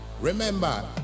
Remember